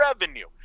revenue